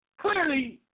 Clearly